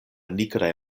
nigraj